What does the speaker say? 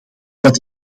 dat